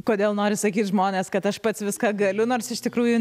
kodėl nori sakyt žmonės kad aš pats viską galiu nors iš tikrųjų